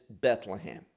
Bethlehem